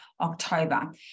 October